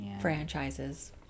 franchises